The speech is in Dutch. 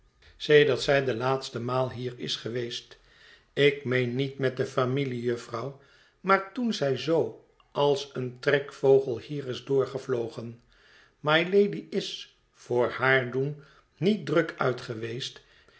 sedert zij de laatste schaduwspel t maal hier is geweest ik meen niet met de familie jufvrouw maar toen zij zoo als een trekvogel hier is doorgevlogen mylady is voor haar doen niet druk uit geweest